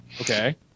Okay